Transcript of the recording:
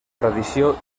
tradició